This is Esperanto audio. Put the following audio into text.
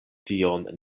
tion